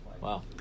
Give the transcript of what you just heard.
Wow